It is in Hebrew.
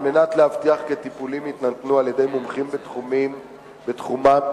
ולהבטיח כי טיפולים יינתנו על-ידי מומחים בתחומם בלבד.